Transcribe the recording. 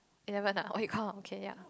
eleven ah oh you count okay ya